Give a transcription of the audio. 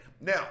Now